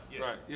right